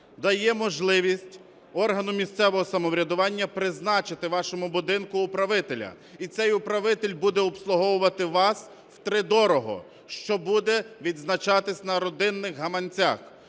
дає можливість органу місцевого самоврядування призначити вашому будинку управителя, і цей управитель буде обслуговувати вас утридорога, що буде відзначатися на родинних гаманцях.